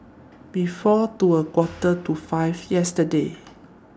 before to A Quarter to five yesterday